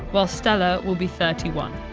while stella will be thirty one.